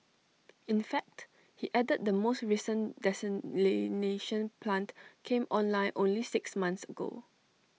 in fact he added the most recent desalination plant came online only six months ago